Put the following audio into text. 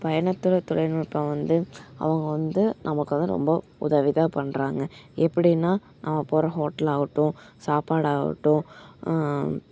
பயணத்தோட தொழில்நுட்பம் வந்து அவங்க வந்து நமக்காக ரொம்ப உதவி தான் பண்ணுறாங்க எப்படின்னா நம்ம போகற ஹோட்டலாகட்டும் சாப்பாடாகட்டும்